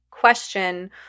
question